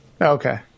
Okay